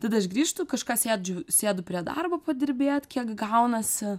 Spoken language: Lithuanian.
tada aš grįžtu kažką sėdžiu sėdu prie darbo padirbėt kiek gaunasi